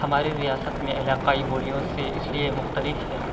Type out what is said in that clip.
ہماری ریاست میں علاقائی بولیوں سے اِس لیے مختلف ہے